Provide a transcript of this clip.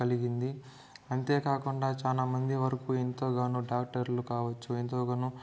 కలిగింది అంతే కాకుండా చాలా మంది వరకు ఎంతగానో డాక్టర్లు కావచ్చు ఎంతగానో